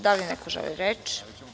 Da li neko želi reč?